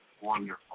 wonderful